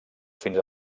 fins